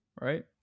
right